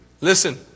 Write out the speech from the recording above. Listen